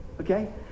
Okay